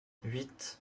huit